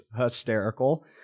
hysterical